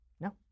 No